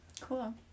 Cool